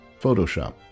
Photoshop